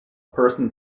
person